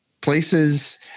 places